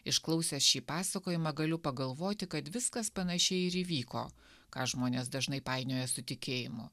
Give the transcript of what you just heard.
išklausęs šį pasakojimą galiu pagalvoti kad viskas panašiai ir įvyko ką žmonės dažnai painioja su tikėjimu